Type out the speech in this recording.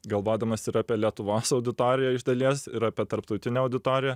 galvodamas ir apie lietuvos auditoriją iš dalies ir apie tarptautinę auditoriją